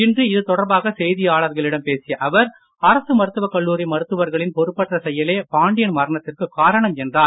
இன்று இது தொடர்பாக செய்தியாளரிடம் பேசிய அவர் அரசு மருத்துவக் கல்லூரி மருத்துவர்களின் பொறுப்பற்ற செயலே பாண்டியன் மரணத்திற்கு காரணம் என்றார்